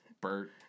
Bert